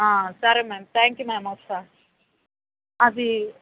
సరే ma'am thank you ma'am వస్తాను అది